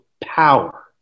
power